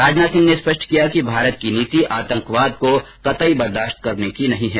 राजनाथ सिंह ने स्पष्ट किया कि भारत की नीति आतंकवाद को कतई बर्दाश्त करने की नहीं है